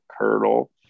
curdle